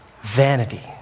vanity